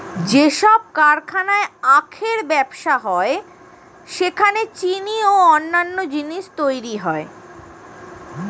যেসব কারখানায় আখের ব্যবসা হয় সেখানে চিনি ও অন্যান্য জিনিস তৈরি হয়